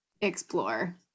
explore